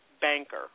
banker